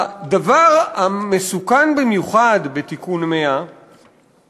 הדבר המסוכן במיוחד בתיקון 100 הוא